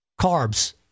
Carbs